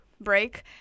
break